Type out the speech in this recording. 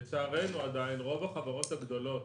לצערנו עדיין רוב החברות הגדולות,